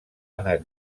anat